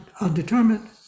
undetermined